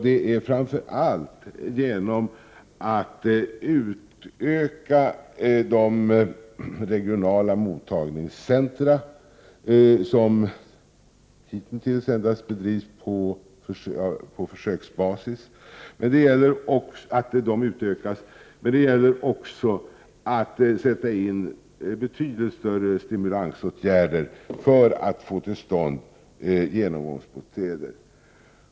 Det är framför allt genom att utöka de regionala mottagningscentra som hitintills endast bedrivits på försöksbasis. Men det gäller också att sätta in betydligt större stimulansåtgärder för att få till stånd genomgångsbostäder.